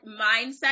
mindset